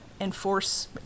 enforce